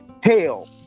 Hell